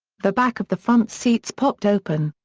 the back of the front seats popped open.